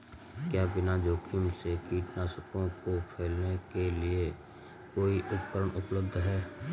क्या बिना जोखिम के कीटनाशकों को फैलाने के लिए कोई उपकरण उपलब्ध है?